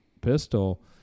pistol